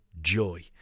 joy